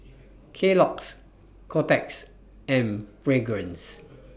Kellogg's Kotex and Fragrance